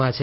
માં છે